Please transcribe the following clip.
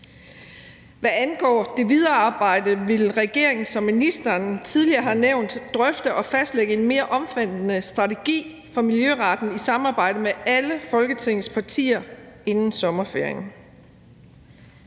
Hvad angår det videre arbejde, vil regeringen, som ministeren tidligere har nævnt, drøfte og fastlægge en mere omfattende strategi for miljøretten i samarbejde med alle Folketingets partier inden sommerferien.